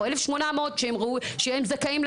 או 1,800 שהם זכאים,